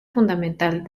fundamental